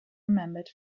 remembered